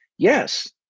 Yes